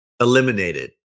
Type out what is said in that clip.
eliminated